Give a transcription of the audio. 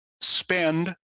spend